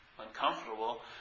uncomfortable